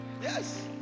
Yes